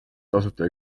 tasuta